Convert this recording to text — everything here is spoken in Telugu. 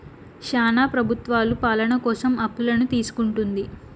శ్యానా ప్రభుత్వాలు పాలన కోసం అప్పులను తీసుకుంటుంది